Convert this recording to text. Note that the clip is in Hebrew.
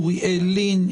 אוריאל לין,